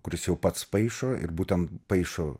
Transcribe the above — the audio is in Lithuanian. kuris jau pats paišo ir būtent paišo